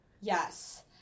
Yes